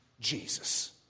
Jesus